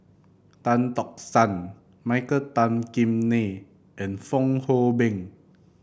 Tan Tock San Michael Tan Kim Nei and Fong Hoe Beng